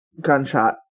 gunshot